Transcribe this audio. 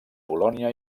polònia